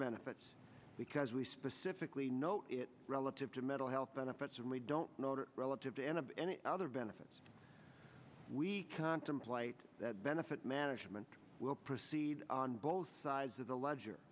benefits because we specifically know it relative to mental health benefits and we don't know that relative to and of any other benefits we contemplate that benefit management will proceed on both sides of the ledger